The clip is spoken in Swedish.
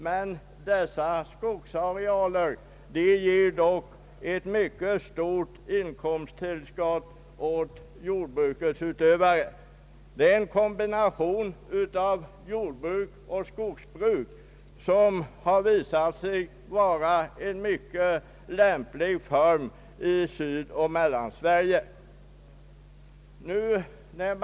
Men denna skog ger dock ett mycket stort inkomsttillskott till jordbrukets utövare. Denna kombination av jordoch skogsbruk har visat sig vara en lämplig form i Sydoch Mellansverige.